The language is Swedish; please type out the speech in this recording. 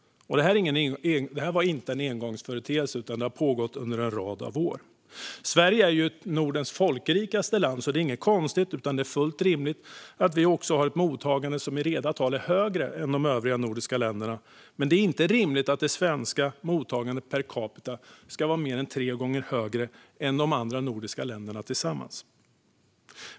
Detta var inte en engångsföreteelse, utan det har pågått under en rad år. Sverige är Nordens folkrikaste land, så det är inte konstigt utan fullt rimligt att vi har ett mottagande som i reda tal är större än de övriga nordiska ländernas. Men det är inte rimligt att det svenska mottagandet per capita ska vara mer än tre gånger större än de andra nordiska ländernas tillsammans.